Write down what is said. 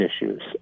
issues